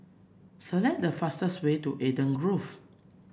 select the fastest way to Eden Grove